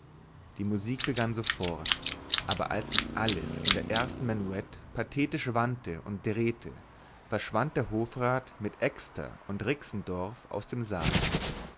die musik begann sofort aber als sich alles in der ersten menuett pathetisch wandte und drehte verschwand der hofrat mit exter und rixendorf aus dem saal